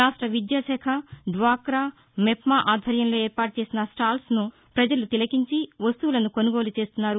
రాష్ట్ర విద్యాశాఖ డ్వాకా మెప్మా ఆధ్వర్యంలో ఏర్పాటు చేసిన స్టాళ్ళను ప్రజలు తిలకించి వస్తువులను కొనుగోలు చేస్తున్నారు